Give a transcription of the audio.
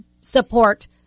support